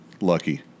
Lucky